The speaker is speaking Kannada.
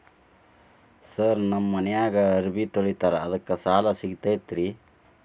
ಸರ್ ನಮ್ಮ ಮನ್ಯಾಗ ಅರಬಿ ತೊಳಿತಾರ ಅದಕ್ಕೆ ಸಾಲ ಸಿಗತೈತ ರಿ?